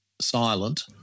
silent